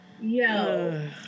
Yo